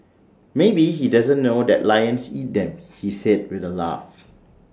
maybe he doesn't know that lions eat them he said with A laugh